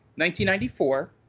1994